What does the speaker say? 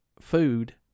food